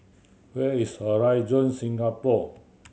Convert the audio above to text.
where is Horizon Singapore